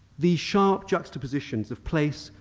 these sharp juxtapositions of place,